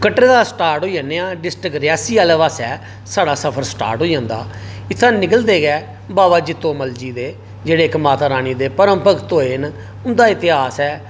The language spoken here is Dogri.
कटरे दा स्टार्ट होई जन्ने आं डिस्ट्रिक्ट रियासी आह्ले पास्सै साढ़ा सफर स्टार्ट होई जंदा इत्थुंआं निकलदे गै बाबा जित्तो मल जी दे जेहड़े माता रानी दे परम भक्त होए न उं'दा इतिहास ऐ